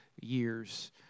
years